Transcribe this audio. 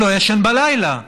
הוא לא ישן בלילה.